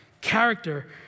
Character